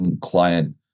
client